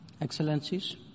Excellencies